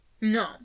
No